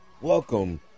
Welcome